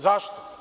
Zašto?